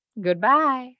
Goodbye